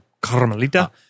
Carmelita